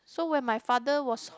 so when my father was